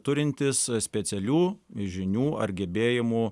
turintis specialių žinių ar gebėjimų